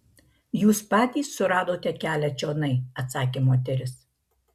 jūs patys suradote kelią čionai atsakė moteris